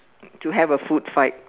to have a food fight